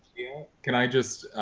yeah. can i just